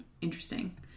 interesting